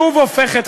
שוב הופכת,